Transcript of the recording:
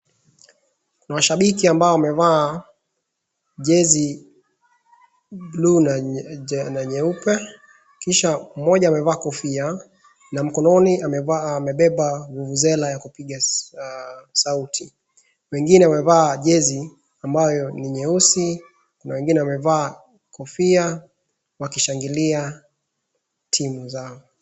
Kuna shabiki ambao wamevaa jezi bluu na nyeupe kisha mmoja amevaa kofia na mkononi amebeba vuvuzela ya kupiga sauti. Wengine wameva jezi ambayo ni nyeusi. Kuna wengine wamevaa kofia wakishangilia timu zao.